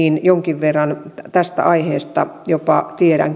jonkin verran tästä aiheesta tiedän